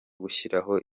gushyiraho